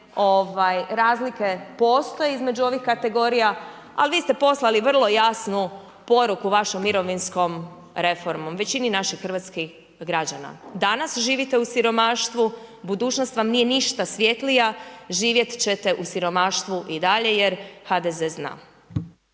razlika postoji između ovih kategorija ali vi ste poslali vrlo jasnu poruku vašom mirovinskom reformom, većini naših hrvatskih građana. Danas živite u siromaštvu, budućnost vam nije ništa svjetlija, živjet ćete u siromaštvu i dalje jer HDZ zna.